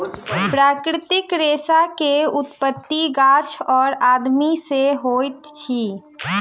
प्राकृतिक रेशा के उत्पत्ति गाछ और आदमी से होइत अछि